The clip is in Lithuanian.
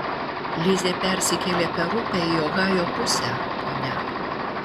lizė persikėlė per upę į ohajo pusę ponia